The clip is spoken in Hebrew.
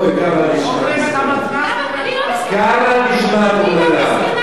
אוי, כמה את נשמעת מסכנה.